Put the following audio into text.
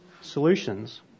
solutions